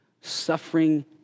Suffering